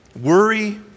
Worry